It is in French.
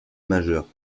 majeur